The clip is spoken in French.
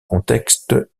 contexte